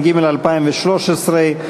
התשע"ג 2013,